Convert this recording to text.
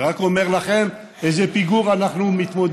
זה רק אומר לכם עם איזה פיגור אנחנו מתמודדים,